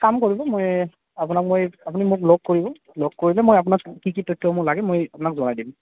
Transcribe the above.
কাম কৰিব মই আপোনাক মই আপুনি মোক লগ কৰিব লগ কৰিলে মই আপোনাক কি কি তথ্যসমূহ লাগে মই আপোনাক জনাই দিম